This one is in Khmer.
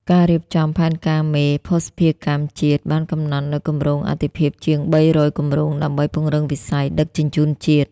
ការរៀបចំផែនការមេភស្តុភារកម្មជាតិ បានកំណត់នូវគម្រោងអាទិភាពជាង ៣០០ គម្រោង ដើម្បីពង្រឹងវិស័យដឹកជញ្ជូនជាតិ។